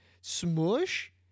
Smush